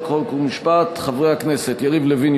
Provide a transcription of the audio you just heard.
חוק ומשפט חברי הכנסת יריב לוין,